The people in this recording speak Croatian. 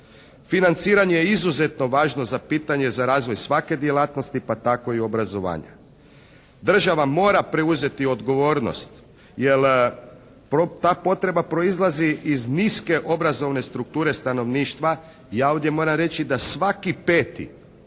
Financiranje je izuzetno važno za pitanje za razvoj svake djelatnosti pa tako i obrazovanja. Država mora preuzeti odgovornost jer ta potreba proizlazi iz niske obrazovne strukture stanovništva. Ja ovdje moram reći da svaki 5.,